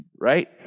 right